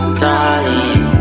darling